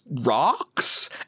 rocks